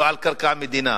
ולא על קרקע מדינה,